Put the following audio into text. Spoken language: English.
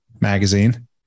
magazine